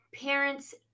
parents